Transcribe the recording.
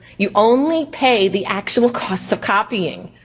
you only pay the actual costs of copying.